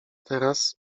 teraz